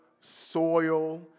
soil